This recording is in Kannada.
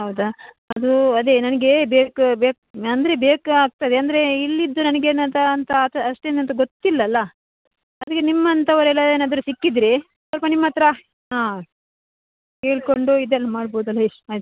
ಹೌದಾ ಅದು ಅದೇ ನನಗೆ ಬೇ್ಕು ಬೇಕು ಅಂದರೆ ಬೇಕು ಆಗ್ತದೆ ಅಂದರೆ ಇಲ್ಲಿದು ನನಗೆ ಏನಾದ್ರು ಅಂತ ಅಷ್ಟೆನಂತ ಗೊತ್ತಿಲ್ಲಲ್ಲಾ ಅದಕೆ ನಿಮ್ಮಂತವ್ರು ಎಲ್ಲ ಏನಾದರು ಸಿಕ್ಕಿದ್ದರೆ ಸ್ವಲ್ಪ ನಿಮ್ಮತ್ತಿರ ಕೇಳಿಕೊಂಡು ಇದೆಲ್ಲ ಮಾಡ್ಬೌದಲ್ಲ ಇಷ್ಟು